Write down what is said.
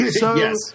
Yes